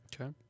Okay